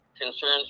concerns